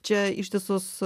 čia ištisus